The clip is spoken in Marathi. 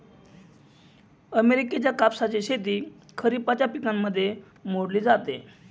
अमेरिकेच्या कापसाची शेती खरिपाच्या पिकांमध्ये मोडली जाते